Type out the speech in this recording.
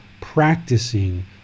practicing